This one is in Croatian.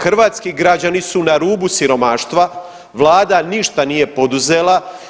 Hrvatski građani su na rubu siromaštva, vlada ništa nije poduzela.